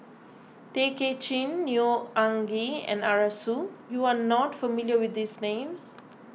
Tay Kay Chin Neo Anngee and Arasu you are not familiar with these names